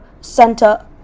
center